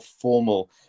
formal